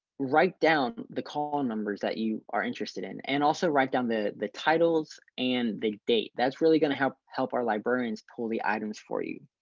write down the call and numbers that you are interested in, and also write down the the titles and the date that's really going to help help our librarians pull the items for you,